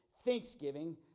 Thanksgiving